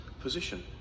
...position